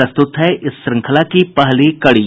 प्रस्तुत है इस श्रृंखला की पहली कड़ी